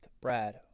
Brad